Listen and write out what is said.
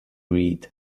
read